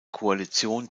koalition